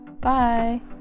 bye